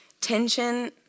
tension